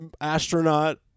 astronaut